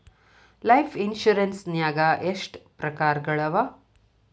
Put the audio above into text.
Life insurance ನ್ಯಾಗ ಎಷ್ಟ್ ಪ್ರಕಾರ್ಗಳವ?